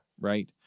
right